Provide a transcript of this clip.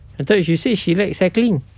I thought you she said she liked cycling